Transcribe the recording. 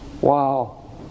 Wow